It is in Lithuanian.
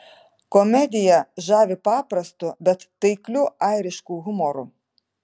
komedija žavi paprastu bet taikliu airišku humoru